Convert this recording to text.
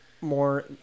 more